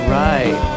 right